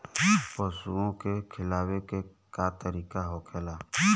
पशुओं के खिलावे के का तरीका होखेला?